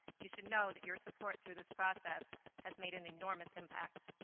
you should know that your support through this process has made an enormous impact.